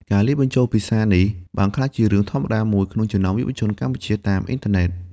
ការលាយបញ្ចូលភាសានេះបានក្លាយជារឿងធម្មតាមួយក្នុងចំណោមយុវជនកម្ពុជាតាមអ៊ីនធឺណិត។